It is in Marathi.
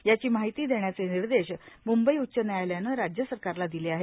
याची माहिती देण्याचे निर्देश मुंबई उच्च न्यायालयानं राज्य सरकारला दिले आहेत